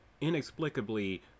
inexplicably